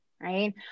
right